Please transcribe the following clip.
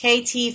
KT